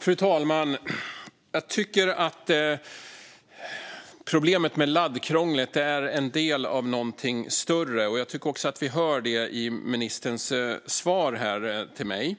Fru talman! Jag tycker att problemet med laddkrånglet är en del av någonting större. Jag tycker också att vi hör det i ministerns svar till mig.